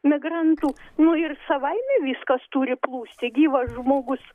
migrantų nu ir savaime viskas turi plūsti gyvas žmogus